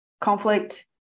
conflict